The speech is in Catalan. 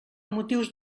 motius